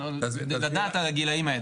לדעת על הגילאים האלה.